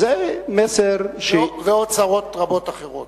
וזה מסר, ועוד צרות רבות אחרות.